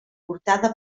portada